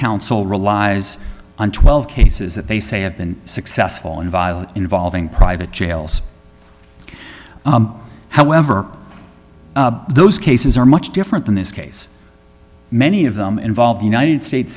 counsel relies on twelve cases that they say have been successful in violence involving private jails however those cases are much different in this case many of them involve the united states